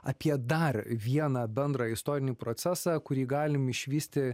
apie dar vieną bendrą istorinį procesą kurį galim išvysti